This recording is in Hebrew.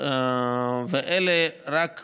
והטיפול הכרוך